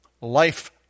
life